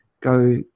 go